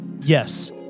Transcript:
Yes